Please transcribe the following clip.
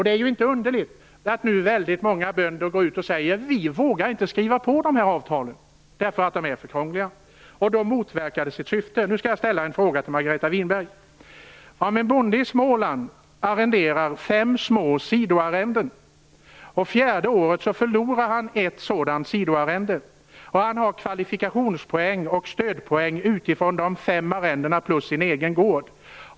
Det är inte underligt att väldigt många bönder säger att de inte vågar skriva på avtalen därför att de är för krångliga. Då motverkar de sitt syfte. Jag skall ställa en fråga till Margareta Winberg. Fjärde året förlorar han ett sådant sidoarrende. Han har kvalifikationspoäng och stödpoäng utifrån de fem arrendena plus sin egen gård.